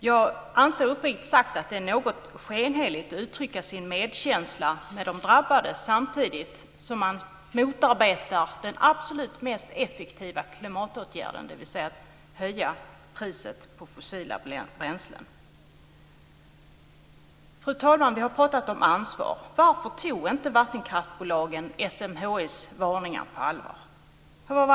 Jag anser uppriktigt sagt att det är något skenheligt att uttrycka sin medkänsla med de drabbade samtidigt som man motarbetar den absolut mest effektiva klimatåtgärden, nämligen att höja priset på fossila bränslen. Fru talman! Vi har pratat om ansvar. Varför tog inte vattenkraftsbolagen SMHI:s varningar på allvar?